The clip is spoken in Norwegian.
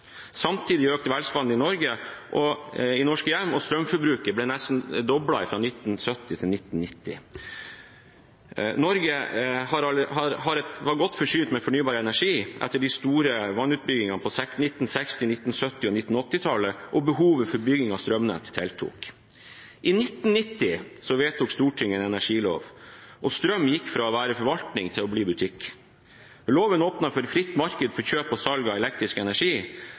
Samtidig økte velstanden i norske hjem, og strømforbruket ble nesten doblet fra 1970 til 1990. Norge var godt forsynt med fornybar energi etter de store vannkraftutbyggingene på 1960-, 1970- og 1980-tallet, men behovet for bygging av strømnett tiltok. I juni 1990 vedtok Stortinget energiloven, og strøm gikk fra å være forvaltning til å bli butikk. Loven åpnet for et fritt marked for kjøp og salg av elektrisk energi